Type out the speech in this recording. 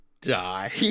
die